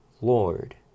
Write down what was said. Lord